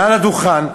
מעל לדוכן,